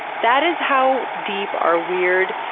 that is how deep our weird,